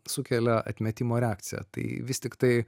sukelia atmetimo reakciją tai vis tiktai